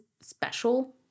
special